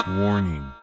warning